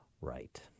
Right